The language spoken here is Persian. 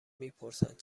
میپرسند